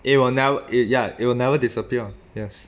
it will ne~ it ya it will never disappear yes